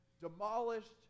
demolished